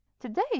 To-day